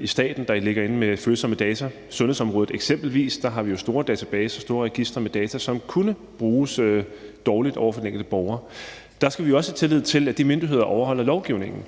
i staten, der ligger inde med følsomme data. På sundhedsområdet, eksempelvis, har vi jo store registre med data, som kunne bruges dårligt over for den enkelte borger. Der skal vi jo også have tillid til, at de myndigheder overholder lovgivningen,